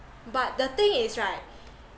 but the thing is right